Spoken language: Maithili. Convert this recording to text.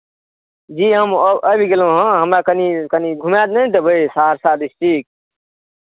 जी हम आबि गेलहुँ हँ हमरा कनि कनि घुमा नहि देबै सहरसा डिस्ट्रिक्ट